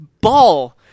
ball